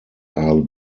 are